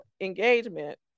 engagement